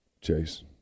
Chase